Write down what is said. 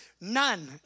None